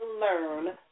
learn